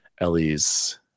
Ellie's